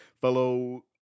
fellow